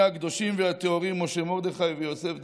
הקדושים והטהורים משה מרדכי ויוסף דוד.